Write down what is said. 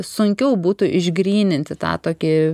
sunkiau būtų išgryninti tą tokį